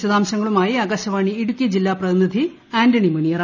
വിശദാംശങ്ങളുമായ ആകാശവാണി ഇടുക്കി ജില്ലാ പ്രതിനിധി ആന്റണി മുനിയറ